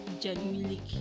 genuinely